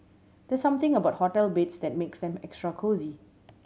there's something about hotel beds that makes them extra cosy